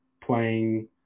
Playing